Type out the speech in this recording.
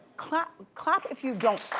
clap clap if you don't.